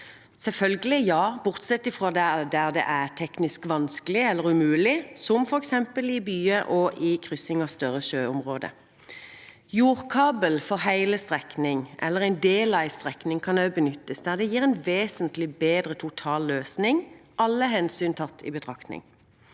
luftledning, bortsett fra der det er teknisk vanskelig eller umulig, som f.eks. i byer og ved kryssing av større sjøområder. Jordkabel for hele strekningen eller en del av en strekning kan også benyttes der det gir en vesentlig bedre totalløsning, alle hensyn tatt i betraktning.